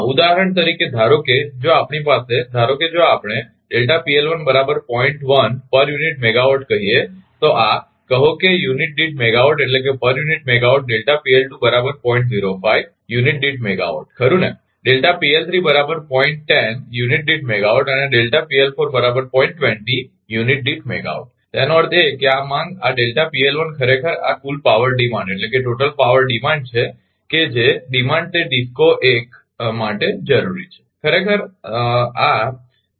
ઉદાહરણ તરીકે ધારો કે જો આપણી પાસે ધારો કે જો આપણે યુનિટ દીઠ મેગાવાટ કહીએ તો આ કહો કે યુનિટ દીઠ મેગાવાટ યુનિટ દીઠ મેગાવાટ ખરુ ને યુનિટ દીઠ મેગાવાટ અને યુનિટ દીઠ મેગાવાટ તેનો અર્થ એ કે આ માંગ આ ખરેખર આ કુલ પાવર ડિમાન્ડ છે કે જે ડીમાન્ડ તે ડિસ્કો 1 માટે જરૂરી છે